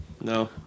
No